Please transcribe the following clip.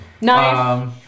Nice